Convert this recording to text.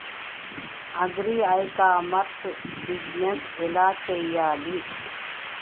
Agri ecommerce business ఎలా చెయ్యాలి?